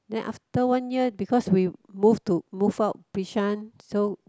then after one year because we move to move out Bishan so